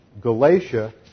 Galatia